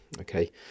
Okay